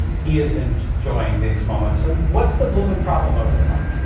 he is enjoying this moment so what's the bloom and problem over there might.